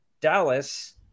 Dallas